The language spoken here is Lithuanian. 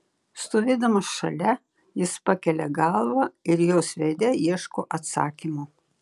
stovėdamas šalia jis pakelia galvą ir jos veide ieško atsakymo